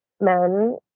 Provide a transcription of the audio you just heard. men